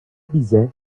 bize